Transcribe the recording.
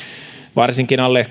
varsinkin alle